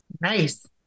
Nice